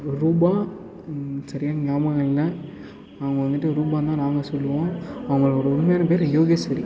ரூபா சரியாக ஞாபகம் இல்லை அவங்க வந்துட்டு ரூபான்னு தான் நாங்கள் சொல்லுவோம் அவங்களோட உண்மையான பேயரு யோகேஸ்வரி